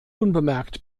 unbemerkt